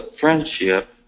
friendship